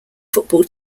football